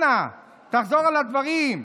אנא, תחזור על הדברים.